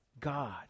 god